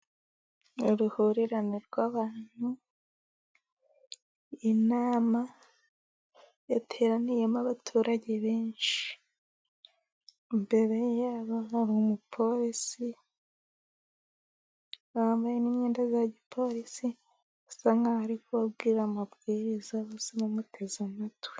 Uruhurirane rw'abantu, inama yateraniyemo abaturage benshi. Imbere yabo hari umupolisi bambaye n'imyenda za gipolisi, asa nkaho ari kubabwira amabwiriza basa n'abamuteze amatwi.